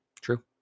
True